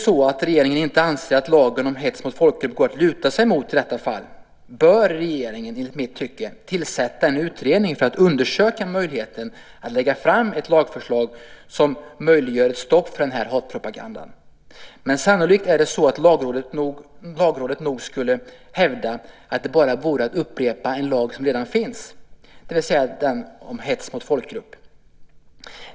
Om regeringen inte anser att lagen om hets mot folkgrupp går att luta sig mot i detta fall bör regeringen, enligt mitt tycke, tillsätta en utredning för att undersöka möjligheten att lägga fram ett lagförslag som gör det möjligt att stoppa den här hatpropagandan. Men sannolikt skulle Lagrådet hävda att det vore att upprepa en lag som redan finns, det vill säga den om hets mot folkgrupp.